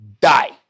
die